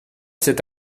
cet